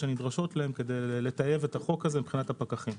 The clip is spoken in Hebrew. שנדרשות להם כדי לטייב את החוק הזה מבחינת הפקחים.